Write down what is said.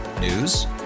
News